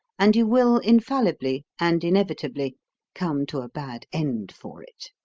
and you will infallibly and inevitably come to a bad end for it.